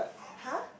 !huh!